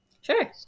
sure